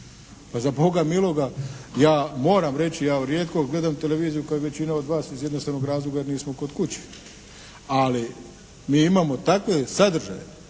pa za Boga miloga ja moram reći ja rijetko gledam televiziju kao i većina od vas iz jednostavnog razloga jer nismo kod kuće. Ali mi imamo takve sadržaje